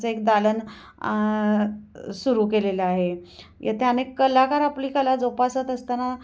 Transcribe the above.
चं एक दालन आ सुरू केलेलं आहे येथे अनेक कलाकार आपली कला जोपासत असताना